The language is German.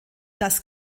das